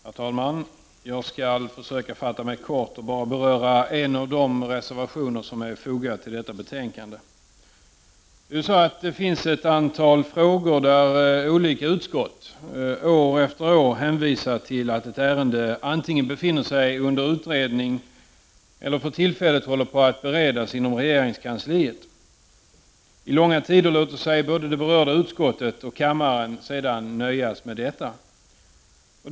Herr talman! Jag skall försöka fatta mig kort och beröra endast en av de reservationer som har fogats till detta betänkande. Det finns ett antal frågor där olika utskott år efter år hänvisar till att ett ärende antingen befinner sig under utredning eller för tillfället håller på att beredas inom regeringskansliet. I långa tider låter sig både det berörda utskottet och kammaren nöja sig med detta.